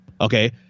Okay